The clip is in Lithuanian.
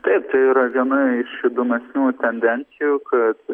taip tai yra viena iš įdomesnių tendencijų kad